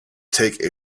take